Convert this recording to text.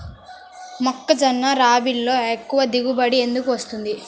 మొక్కజొన్న రబీలో ఎక్కువ దిగుబడి ఎందుకు వస్తుంది?